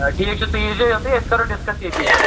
آ ٹھیٖک چھُ تُہۍ ییٖزو یوٚتُے أسۍ کرو ڈِسکس ییٚتی حظ